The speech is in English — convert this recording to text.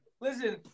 Listen